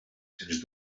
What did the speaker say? sens